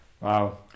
Wow